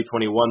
2021